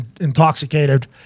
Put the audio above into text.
intoxicated